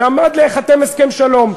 ועמד להיחתם הסכם שלום.